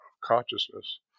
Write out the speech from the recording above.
consciousness